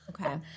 Okay